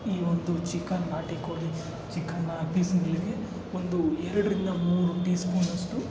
ಈ ಒಂದು ಚಿಕನ್ ನಾಟಿ ಕೋಳಿ ಚಿಕನ್ ಪೀಸ್ಗಳಿಗೆ ಒಂದು ಎರಡರಿಂದ ಮೂರು ಟೀ ಸ್ಪೂನಷ್ಟು